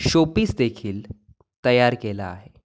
showpiece देखील तयार केला आहे